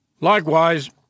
Likewise